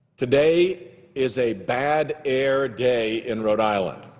today is a bad air day in rhode island.